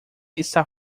está